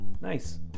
nice